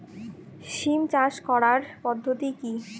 সিম চাষ করার পদ্ধতি কী?